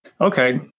Okay